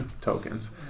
tokens